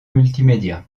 multimédia